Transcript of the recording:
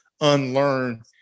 unlearn